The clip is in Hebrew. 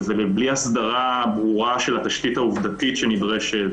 ובלי הסדרה ברורה של התשתית העובדתית שנדרשת,